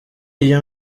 iyo